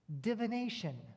Divination